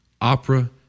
Opera